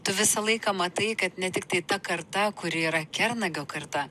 tu visą laiką matai kad ne tiktai ta karta kuri yra kernagio karta